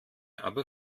aber